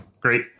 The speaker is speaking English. great